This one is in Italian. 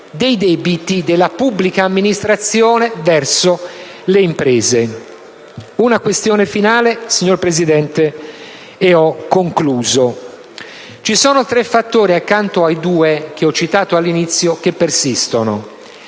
Una questione finale, signora Presidente, e ho concluso. Ci sono tre fattori, accanto ai due che ho citato all'inizio, che persistono